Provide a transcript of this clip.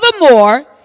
Furthermore